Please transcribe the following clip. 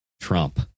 Trump